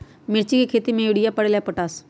मिर्ची के खेती में यूरिया परेला या पोटाश?